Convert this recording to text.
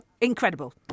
Incredible